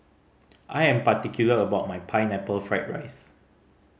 I am particular about my Pineapple Fried rice